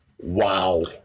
Wow